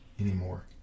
anymore